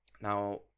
Now